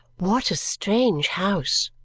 what a strange house!